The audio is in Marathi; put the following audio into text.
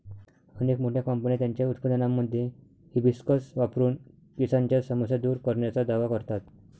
अनेक मोठ्या कंपन्या त्यांच्या उत्पादनांमध्ये हिबिस्कस वापरून केसांच्या समस्या दूर करण्याचा दावा करतात